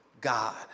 God